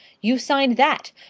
you signed that!